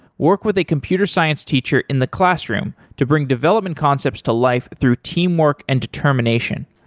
work with a computer science teacher in the classroom to bring development concepts to life through teamwork and determination.